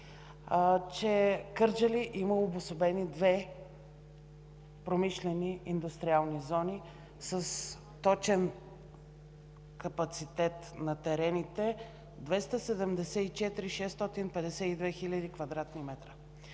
че в Кърджали има обособени две промишлени индустриални зони с точен капацитет на терените – 274 652 хил. кв. м.